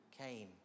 came